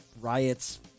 riots